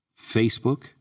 Facebook